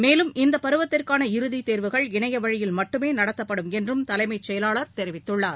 மேலும் இந்தப் பருவத்திற்கான இறதித் தேர்வுகள் இணையவழியில் மட்டுமேநடத்தப்படும் என்றும் தலைமைச் செயலாளர் தெரிவித்துள்ளார்